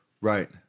Right